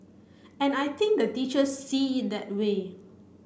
and I think the teachers see it that way